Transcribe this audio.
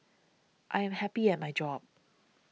I am happy at my job